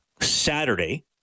Saturday